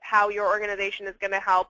how your organization is going to help